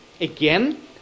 again